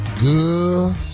good